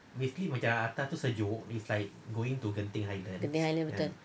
genting highlands betul